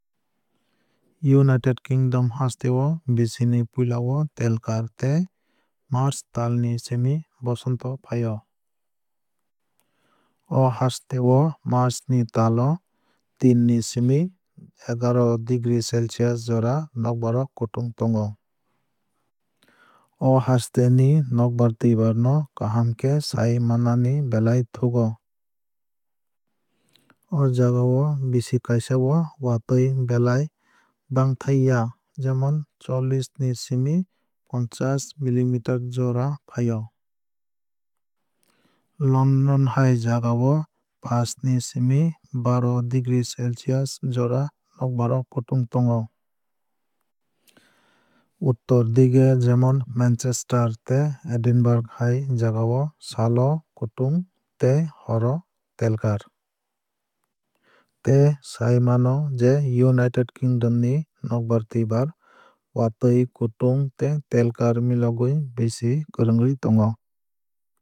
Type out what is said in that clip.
United kingdom haste o bisini puila o telkar tei march tal ni simi bosonto fai o. O haste o march tal o teen ni simi egaroh degree celcius jora nokbar o kutung tongo. O haste ni nokbar twuibar no kaham khe sai manani belai thugo. O jagao bisi kaisa o watwui belai bangthaiya jemon chollish ni simi ponchash milimeter jora o fai o. London hai jagao paanch ni simi baroh degree celcius jora nokbar o kutung tongo. Utto dige jemon manchester tei edinburgh hai jagao sal o kutung tei hor o telkar. Tai sai mano je united kingdom ni nokbar twuibar watwui kutung tei telkar milogwui bisi kwrwngwui tongo.